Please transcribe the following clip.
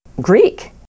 Greek